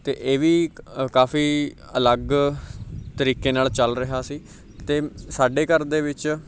ਅਤੇ ਇਹ ਵੀ ਕ ਅ ਕਾਫੀ ਅਲੱਗ ਤਰੀਕੇ ਨਾਲ ਚੱਲ ਰਿਹਾ ਸੀ ਅਤੇ ਸਾਡੇ ਘਰ ਦੇ ਵਿੱਚ